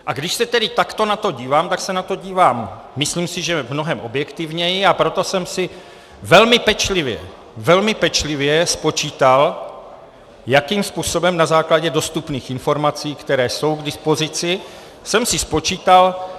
A když se tedy takto na to dívám, tak se na to dívám, myslím si, že mnohem objektivněji, a proto jsem si velmi pečlivě, velmi pečlivě spočítal, jakým způsobem, na základě dostupných informací, které jsou k dispozici, jsem si spočítal